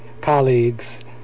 colleagues